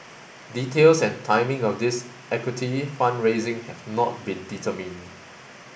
details and timing of this equity fund raising have not been determined